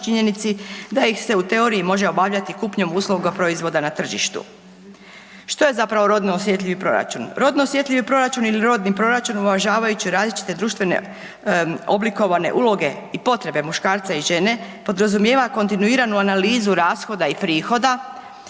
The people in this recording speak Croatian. da ih se u teoriji može obavljati kupnjom usluga proizvoda na tržištu. Što je zapravo rodno osjetljivi proračun? Rodno osjetljivi proračun ili rodni proračun uvažavajući različite društvene oblikovane uloge i potrebe muškaraca i žene podrazumijeva kontinuirano analizu rashoda i prihoda